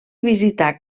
visitar